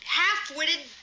half-witted